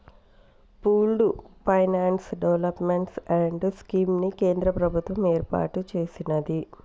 pooled finance development fund scheme ని కేంద్ర ప్రభుత్వం ఏర్పాటు చేసినాది